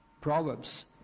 Proverbs